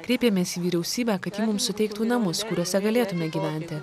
kreipėmės į vyriausybę kad ji mums suteiktų namus kuriuose galėtume gyventi